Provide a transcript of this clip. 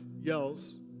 yells